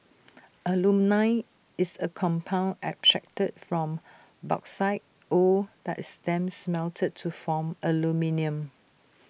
alumina is A compound extracted from bauxite ore that is then smelted to form aluminium